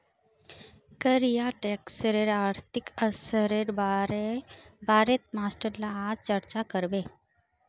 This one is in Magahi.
कर या टैक्सेर आर्थिक असरेर बारेत मास्टर ला आज चर्चा करबे